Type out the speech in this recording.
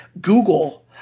Google